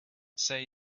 say